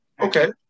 Okay